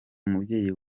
umubyeyi